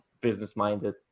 business-minded